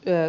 öö